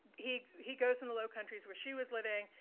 he he goes from the low countries where she was living,